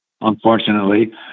unfortunately